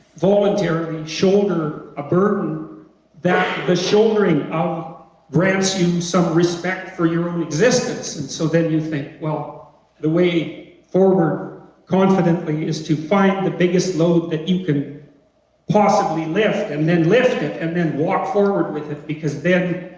voluntarily shoulder a burden that the shouldering of grants you some respect for your own existence and so then you think, well the way forward confidently is to find the biggest load that you can possibly lift, and then lift it and then walk forward with it because then,